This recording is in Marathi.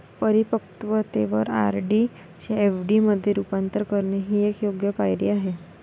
परिपक्वतेवर आर.डी चे एफ.डी मध्ये रूपांतर करणे ही एक योग्य पायरी आहे